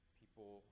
people